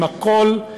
עם הכול,